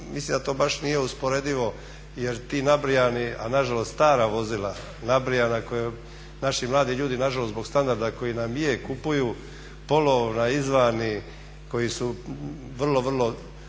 mislim da to nije baš usporedivo jer ti nabrijani, ali nažalost stara vozila nabrijana koja naši mladi ljudi nažalost zbog standarda koji nam je kupuju polovna izvan i koji su vrlo, vrlo